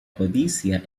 codicia